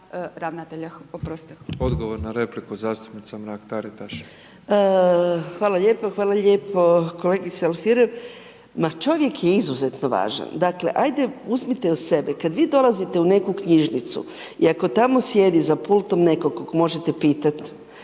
Hvala lijepo. Hvala lijepo kolegice Alfirev, ma čovjek je izuzetno važan, dakle, ajde uzmite od sebe, kad vi dolazite u neku knjižnicu i ako tamo sjedi za pultom netko koga možete pitati,